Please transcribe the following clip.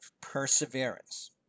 perseverance